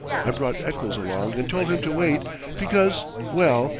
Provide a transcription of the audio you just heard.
i brought eccles along and told him to wait because well,